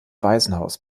waisenhaus